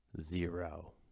Zero